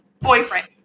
boyfriend